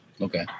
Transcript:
okay